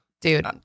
Dude